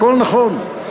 הכול נכון,